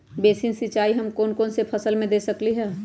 Basin सिंचाई हम कौन कौन फसल में दे सकली हां?